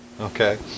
okay